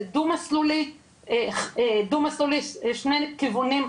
שני כיוונים,